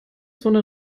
zone